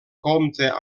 compta